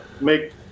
make